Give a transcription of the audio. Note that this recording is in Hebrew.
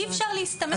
אי אפשר להסתמך על זה.